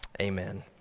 amen